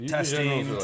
Testing